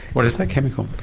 what is the chemical?